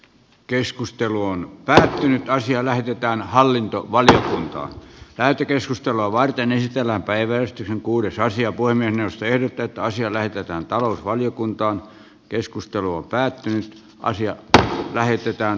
keskustelu on päättynyt ja asia lähetetään hallintovaliokuntaan käyty keskustelua varten esitellään päivälehti kuudes asia voi puhemiesneuvosto ehdottaa että asia näytetään talousvaliokuntaa keskustelua päättyi ansiotta lähestytään